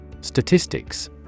Statistics